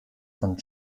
von